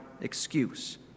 excuse